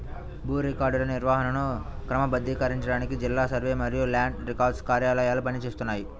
భూ రికార్డుల నిర్వహణను క్రమబద్ధీకరించడానికి జిల్లా సర్వే మరియు ల్యాండ్ రికార్డ్స్ కార్యాలయాలు పని చేస్తున్నాయి